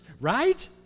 Right